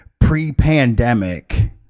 pre-pandemic